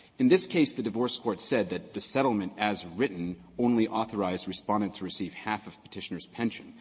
in this case, the divorce court said that the settlement as written only authorized respondent to receive half of petitioner's pension.